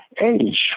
age